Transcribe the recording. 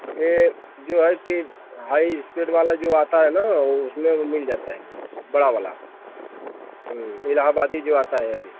ये जो है कि हाई स्पीड वाला जो आता है ना वो उसमें वो मिल जाता है बड़ा वाला इलाहाबादी जो आता है अभी